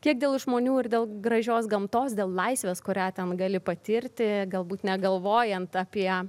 kiek dėl žmonių ir dėl gražios gamtos dėl laisvės kurią ten gali patirti galbūt negalvojant apie